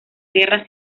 guerra